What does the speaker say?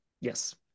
Yes